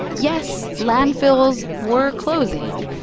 yes, landfills were closing,